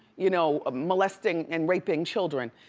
you know molesting and raping children.